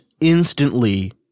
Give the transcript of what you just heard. instantly